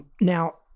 Now